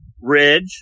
Ridge